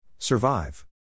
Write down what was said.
Survive